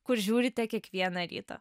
kur žiūrite kiekvieną rytą